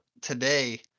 today